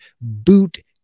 Boot